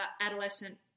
adolescent